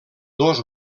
dos